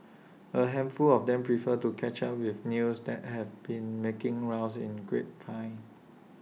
A handful of them prefer to catch up with news that have been making rounds in grapevine